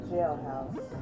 Jailhouse